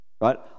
right